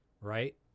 right